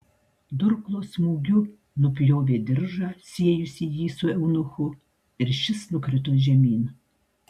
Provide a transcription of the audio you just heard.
durklo smūgiu nupjovė diržą siejusį jį su eunuchu ir šis nukrito žemyn